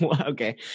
okay